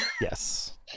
yes